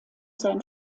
sein